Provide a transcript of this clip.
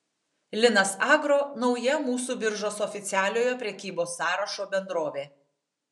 linas agro nauja mūsų biržos oficialiojo prekybos sąrašo bendrovė